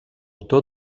autor